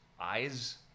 eyes